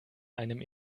einem